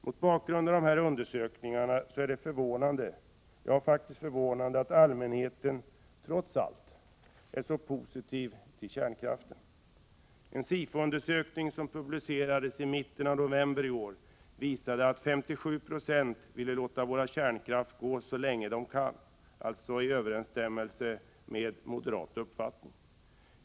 Mot bakgrund av dessa undersökningar är det förvånande — ja, faktiskt förvånande — att allmänheten, trots allt, är så positiv till kärnkraften. En SIFO-undersökning som publicerades i mitten av november i år visade att 57 90 av de tillfrågade ville låta våra kärnkraftverk gå så länge som möjligt — alltså i överensstämmelse med moderat uppfattning.